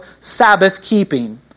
Sabbath-keeping